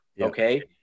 okay